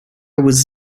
was